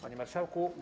Panie Marszałku!